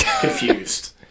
confused